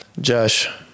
Josh